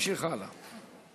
ונמשיך הלאה.